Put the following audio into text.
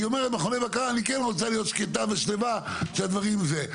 כי היא אומרת מכוני הבקרה אני כן רוצה להיות שקטה ושלווה שהדברים זה.